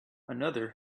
another